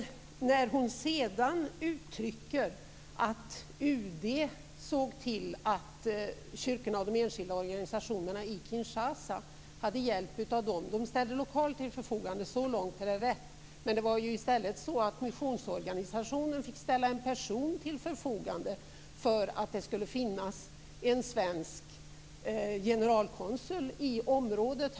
Sedan sade Viola Furubjelke att UD såg till att kyrkorna och de enskilda organisationerna i Kinshasa hade hjälp av UD. UD ställde lokaler till förfogande - så långt är det rätt. Men missionsorganisationerna fick ju ställa en person till förfogande för att det skulle finnas en svensk generalkonsul i området.